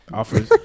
offers